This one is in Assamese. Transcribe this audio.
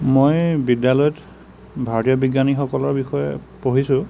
মই বিদ্য়ালয়ত ভাৰতীয় বিজ্ঞানীসকলৰ বিষয়ে পঢ়িছোঁ